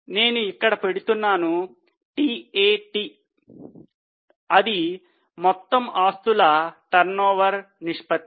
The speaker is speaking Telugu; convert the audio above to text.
నేను ఇక్కడ పెడుతున్నాను TAT అది మొత్తము ఆస్తుల టర్నోవర్ నిష్పత్తి